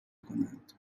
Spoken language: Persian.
کنند